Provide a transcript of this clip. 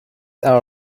hour